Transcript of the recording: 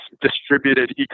distributed